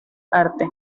arte